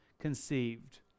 conceived